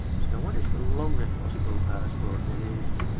so what is the longest possible password? it is